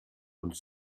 uns